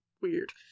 weird